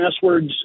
passwords